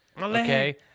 okay